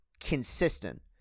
consistent